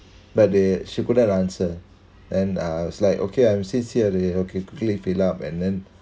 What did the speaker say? but they she couldn't answer and I was like okay I'm since here already okay quickly fill up and then